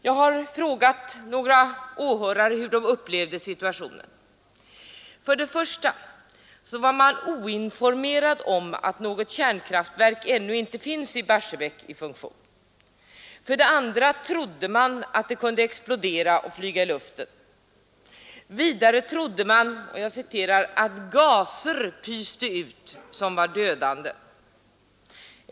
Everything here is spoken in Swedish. Jag har frågat några åhörare hur de upplevde situationen. För det första var man oinformerad om att något kärnkraftverk ännu inte finns i funktion i Barsebäck. För det andra trodde man att det kunde explodera och flyga i luften. Vidare trodde man att gaser pyste ut som var dödande.